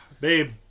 babe